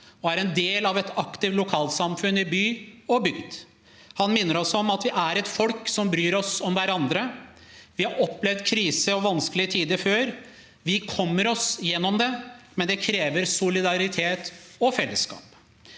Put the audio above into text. og er en del av et aktivt lokalsamfunn i by og bygd. Han minner oss om at vi er et folk som bryr oss om hverandre. Vi har opplevd krise og vanskelige tider før. Vi kommer oss gjennom det, men det krever solidaritet og fellesskap.